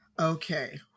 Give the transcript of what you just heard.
Okay